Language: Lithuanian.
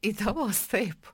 įdomus taip